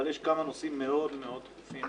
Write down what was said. אבל יש כמה נושאים מאוד-מאוד דחופים